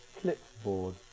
clipboard